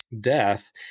Death